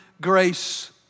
grace